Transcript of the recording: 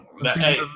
Hey